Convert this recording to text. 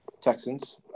Texans